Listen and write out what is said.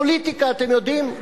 פוליטיקה, אתם זוכרים,